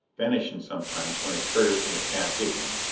vanishing sometimes when a curve in the path hid him,